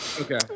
okay